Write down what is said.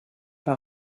pas